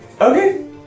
Okay